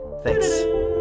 thanks